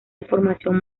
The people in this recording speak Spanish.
información